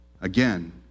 Again